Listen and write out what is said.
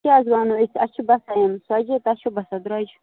کیٛاہ حَظ وَنو أسۍ اَسہِ چھِ باسان یِم سرۄجے تۄہہِ چھُ باسان درٛۄجہِ